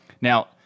Now